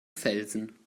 felsen